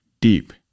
deep